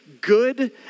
good